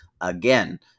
again